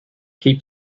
keep